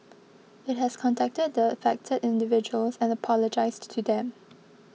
it has contacted the affected individuals and apologised to them